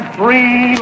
three